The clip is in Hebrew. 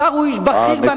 השר הוא איש בכיר בממשלה,